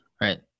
Right